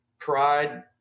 Pride